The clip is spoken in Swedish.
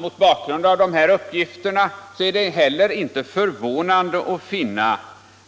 Mot bakgrund av dessa uppgifter är det heller inte förvånande att finna,